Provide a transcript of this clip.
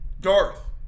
Darth